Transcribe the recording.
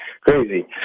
crazy